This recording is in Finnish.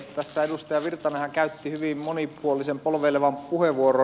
tässä edustaja virtanenhan käytti hyvin monipuolisen polveilevan puheenvuoron